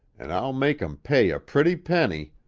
an' i'll make em pay a pretty penny